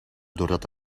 doordat